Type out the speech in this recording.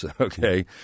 okay